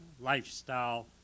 lifestyle